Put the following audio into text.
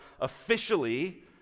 officially